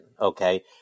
okay